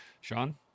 Sean